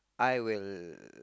I will